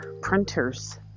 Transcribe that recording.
printers